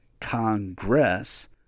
Congress